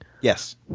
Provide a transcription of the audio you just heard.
Yes